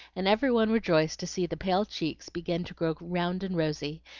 and every one rejoiced to see the pale cheeks begin to grow round and rosy,